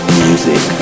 music